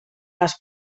les